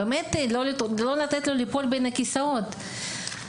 לא לתת לו ליפול בין הכיסאות.